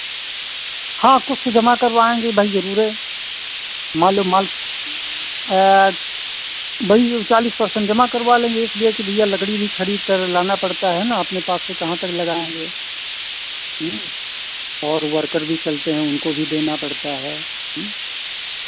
हाँ कुछ ताे जमा करवाएँगे भाई ज़रूरे मान लो माल भाई ऊ चालीस पर्सेन्ट जमा करवा लेंगे इसलिए कि भैया लकड़ी भी खरीदकर लाना पड़ता है ना अपने पास से कहाँ तक लगाऍंगे और वर्कर भी चलते हैं उनको भी देना पड़ता है